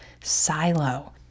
silo